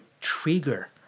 trigger